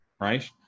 right